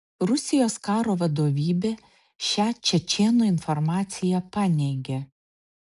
rusijos karo vadovybė šią čečėnų informaciją paneigė